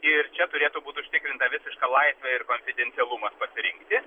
ir čia turėtų būt užtikrinta visiška laisvė ir konfidencialumas pasirinkti